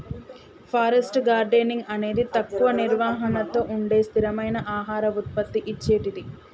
forest gardening అనేది తక్కువ నిర్వహణతో ఉండే స్థిరమైన ఆహార ఉత్పత్తి ఇచ్చేటిది